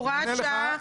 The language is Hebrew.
הוראת שעה,